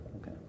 Okay